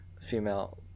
female